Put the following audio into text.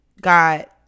got